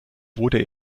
wurde